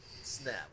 Snap